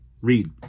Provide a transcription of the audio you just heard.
read